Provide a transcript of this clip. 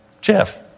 Jeff